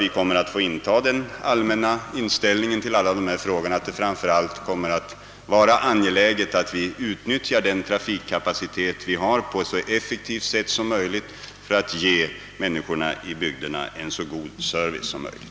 Vi bör då ha den allmänna inställningen att det framför allt är angeläget att utnyttja den trafikkapacitet som finns på det mest effektiva sättet för att ge människorna ute i bygderna en så god service som möjligt.